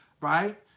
right